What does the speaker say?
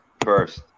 first